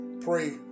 pray